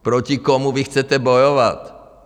Proti komu vy chcete bojovat?